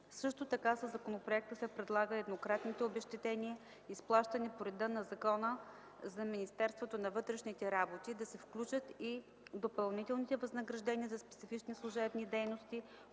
Също така със законопроекта се предлага в еднократните обезщетения, изплащани по реда на Закона за Министерството на вътрешните работи, да се включат и допълнителните възнаграждения за специфични служебни дейности,